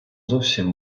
зовсім